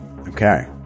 Okay